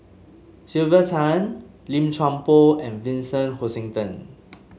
Sylvia Tan Lim Chuan Poh and Vincent Hoisington